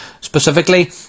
specifically